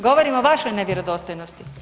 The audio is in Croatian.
Govorim o vašoj nevjerodostojnosti.